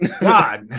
God